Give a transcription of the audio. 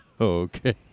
okay